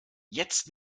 jetzt